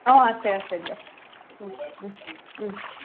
অঁ আছে আছে দিয়ক